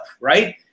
right